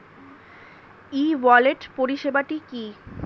ই wallet পরিষেবাটি কি?